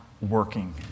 working